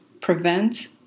prevent